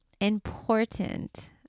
important